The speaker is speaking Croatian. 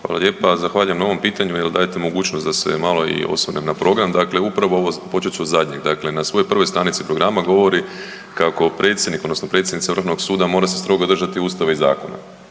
Hvala lijepa. Zahvaljujem na ovom pitanju jer dajete mogućnost da se malo osvrnem i na program. Dakle, upravo ovo, počet ću od zadnjeg. Dakle, na svojoj 1. stranici programa kako predsjednik odnosno predsjednica Vrhovnog suda mora se strogo držati Ustava i zakona